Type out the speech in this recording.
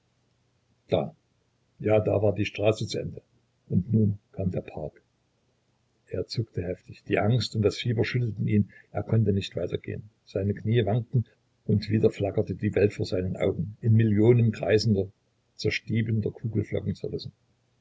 da ja da war die straße zu ende und nun kam der park er zuckte heftig die angst und das fieber schüttelten ihn er konnte nicht weiter gehen seine knie wankten und wieder flackerte die welt vor seinen augen in millionen kreisender zerstiebender kugelfunken zerrissen